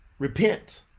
Repent